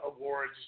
awards